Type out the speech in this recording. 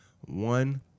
One